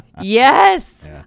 yes